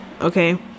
okay